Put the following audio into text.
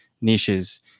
niches